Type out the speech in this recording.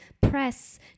press